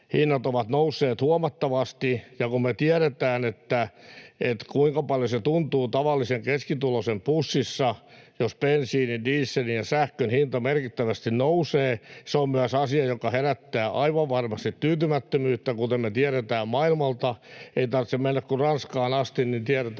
hinnat ovat nousseet huomattavasti, ja kun me tiedetään, kuinka paljon se tuntuu tavallisen keskituloisen pussissa, jos bensiinin, dieselin ja sähkön hinta merkittävästi nousee, se on myös asia, joka herättää aivan varmasti tyytymättömyyttä, kuten me tiedetään maailmalta. Ei tarvitse mennä kuin Ranskaan asti, niin tiedetään,